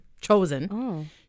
chosen